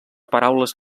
paraules